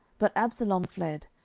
but absalom fled.